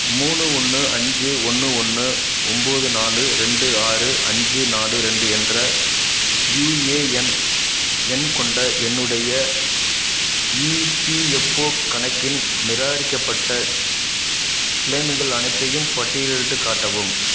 மூணு ஒன்று அஞ்சு ஒன்று ஒன்று ஒன்போது நாலு ரெண்டு ஆறு அஞ்சு நாலு ரெண்டு என்ற யுஏஎன் எண் கொண்ட என்னுடைய இபிஎஃப்ஓ கணக்கின் நிராகரிக்கப்பட்ட கிளெய்ம்கள் அனைத்தையும் பட்டியலிட்டுக் காட்டவும்